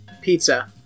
Pizza